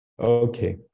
Okay